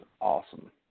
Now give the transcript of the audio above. awesome